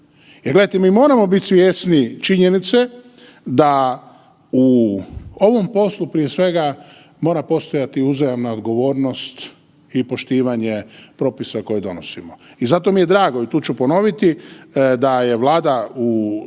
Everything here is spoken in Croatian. gledajte, mi moramo biti svjesni činjenice da u ovom poslu prije svega mora postojati uzajamna odgovornost i poštivanje propisa koje donosimo. I zato mi je drago i tu ću ponoviti da je Vlada u